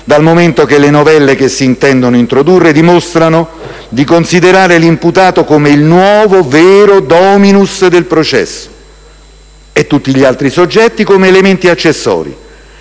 dal momento che le novelle che si intendono introdurre dimostrano di considerare l'imputato come il nuovo vero *dominus* del processo e tutti gli altri soggetti come elementi accessori.